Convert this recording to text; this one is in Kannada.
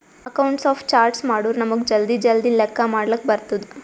ಅಕೌಂಟ್ಸ್ ಆಫ್ ಚಾರ್ಟ್ಸ್ ಮಾಡುರ್ ನಮುಗ್ ಜಲ್ದಿ ಜಲ್ದಿ ಲೆಕ್ಕಾ ಮಾಡ್ಲಕ್ ಬರ್ತುದ್